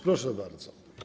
Proszę bardzo.